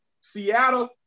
Seattle